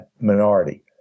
minority